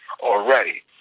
already